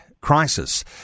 crisis